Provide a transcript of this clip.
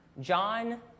John